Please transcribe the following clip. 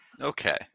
Okay